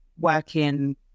working